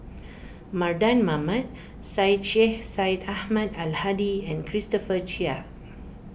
Mardan Mamat Syed Sheikh Syed Ahmad Al Hadi and Christopher Chia